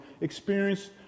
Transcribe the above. experienced